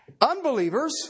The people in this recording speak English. Unbelievers